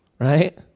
right